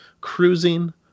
Cruising